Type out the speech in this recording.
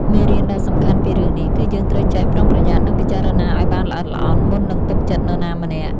មេរៀនដ៏សំខាន់ពីរឿងនេះ គឺយើងត្រូវចេះប្រុងប្រយ័ត្ន និងពិចារណាឲ្យបានល្អិតល្អន់ មុននឹងទុកចិត្តនរណាម្នាក់។